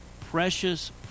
precious